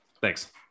Thanks